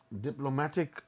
diplomatic